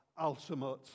ultimate